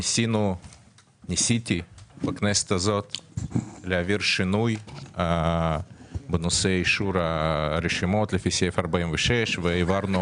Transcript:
ניסיתי בכנסת הזאת להעביר שינוי בנושא אישור הרשימות לפי סעיף 46. העברנו